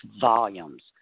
volumes